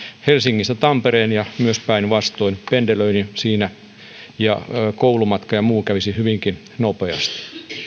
helsingistä tampereen ja myös päinvastoin ja pendelöinti siinä koulumatka ja muu kävisi hyvinkin nopeasti